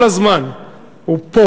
כל הזמן הוא פה.